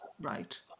right